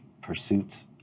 pursuits